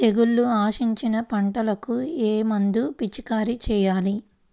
తెగుళ్లు ఆశించిన పంటలకు ఏ మందు పిచికారీ చేయాలి?